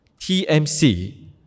TMC